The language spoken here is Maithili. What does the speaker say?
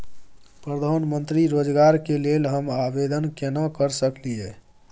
प्रधानमंत्री रोजगार योजना के लेल हम आवेदन केना कर सकलियै?